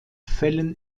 fällen